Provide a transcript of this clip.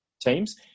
teams